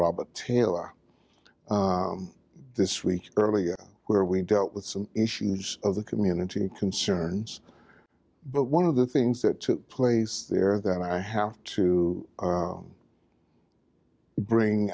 robert taylor this week earlier where we dealt with some issues of the community concerns but one of the things that took place there that i have to bring